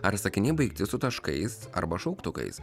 ar sakiniai baigti su taškais arba šauktukais